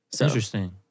Interesting